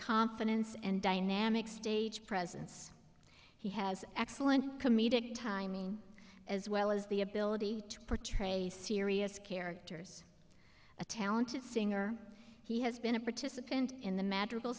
confidence and dynamic stage presence he has excellent comedic timing as well as the ability to portray serious characters a talented singer he has been a participant in the m